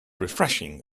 refreshing